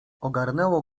ogarnęło